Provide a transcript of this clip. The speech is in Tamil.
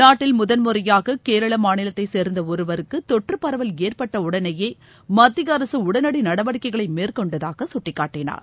நாட்டில் முதன்முறையாக கேரள மாநிலத்தைச் சேர்ந்த ஒருவருக்கு தொற்று பரவல் ஏற்பட்ட உடனேயே மத்திய அரசு உடனடி நடவடிக்கைகளை மேற்கொண்டதாக சுட்டிக்காட்டினார்